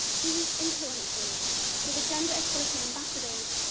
these influences with the gender equality ambassadors,